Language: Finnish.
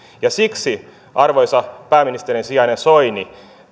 siksi arvoisa pääministerin sijainen soini kun